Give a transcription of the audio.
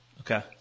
Okay